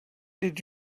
did